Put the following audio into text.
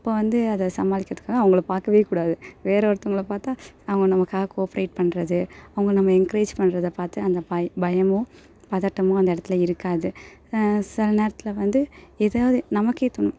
அப்போ வந்து அதை சமாளிக்கிறத்துக்காக அவங்கள பார்க்கவே கூடாது வேறொருத்தவங்களை பார்த்தா அவங்க நமக்காக கோப்ரேட் பண்ணுறது அவங்க நம்ம என்கரேஜ் பண்ணுறத பார்த்து அந்த பய பயமும் பதட்டமும் அந்த இடத்துல இருக்காது சில நேரத்தில் வந்து எதாவது நமக்கே தோணும்